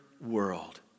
world